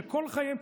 שכל חייהם,